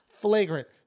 flagrant